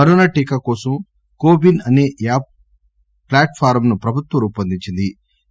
corona టీకా కోసం CoWIN అసే యాప్ ప్లాట్ ఫారంను ప్రభుత్వం రూపొందించింది